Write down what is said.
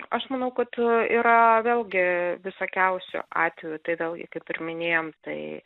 aš manau kad yra vėlgi visokiausių atvejų tai vėlgi kaip ir minėjom tai